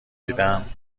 دیدم